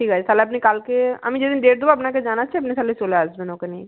ঠিক আছে তাহলে আপনি কালকে আমি যে দিন ডেট দেব আপনাকে জানাচ্ছি আপনি তাহলে চলে আসবেন ওকে নিয়ে